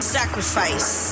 sacrifice